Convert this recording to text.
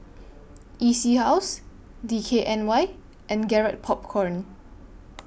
E C House D K N Y and Garrett Popcorn